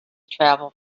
travel